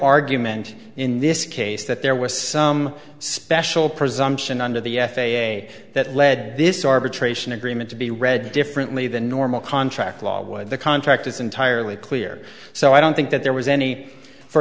argument in this case that there was some special presumption under the f a a that led this arbitration agreement to be read differently than normal contract law would the contract is entirely clear so i don't think that there was any for